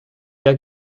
gars